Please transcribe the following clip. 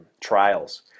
trials